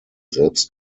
selbst